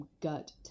gut